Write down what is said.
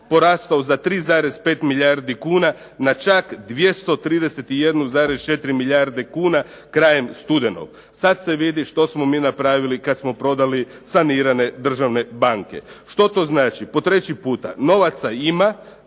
porastao za 3,5 milijardi kuna na čak 231,4 milijarde kuna krajem studenog. Sad se vidi što smo mi napravili kad smo prodali sanirane državne banke. Što to znači? Po treći puta, novaca ima,